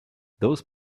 those